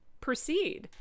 proceed